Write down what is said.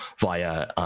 via